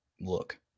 look